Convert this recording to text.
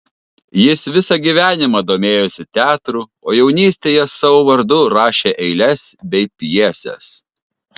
jis visą gyvenimą domėjosi teatru o jaunystėje savo vardu rašė eiles bei pjeses